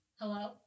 Hello